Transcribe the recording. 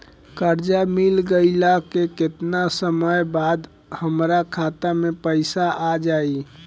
कर्जा मिल गईला के केतना समय बाद हमरा खाता मे पैसा आ जायी?